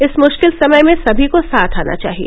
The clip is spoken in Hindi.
इस मुश्किल समय में सभी को साथ आना चाहिए